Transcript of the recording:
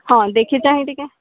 ହଁ ଦେଖି ଚାହିଁ ଟିକେ